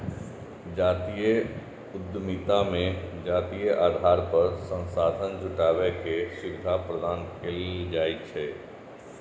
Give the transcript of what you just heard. जातीय उद्यमिता मे जातीय आधार पर संसाधन जुटाबै के सुविधा प्रदान कैल जाइ छै